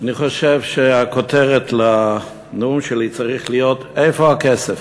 אני חושב שכותרת הנאום שלי צריכה להיות "איפה הכסף?"